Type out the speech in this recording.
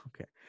Okay